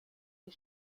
sie